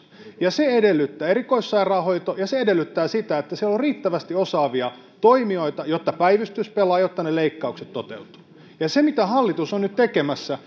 erikoissairaanhoito ja se edellyttää sitä että siellä on riittävästi osaavia toimijoita jotta päivystys pelaa jotta ne leikkaukset toteutuvat ja mitä hallitus on nyt tekemässä